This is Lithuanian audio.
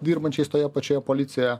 dirbančiais toje pačioje policijoje